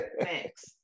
thanks